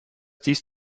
dies